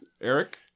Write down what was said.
Eric